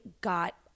got